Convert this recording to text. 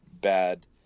bad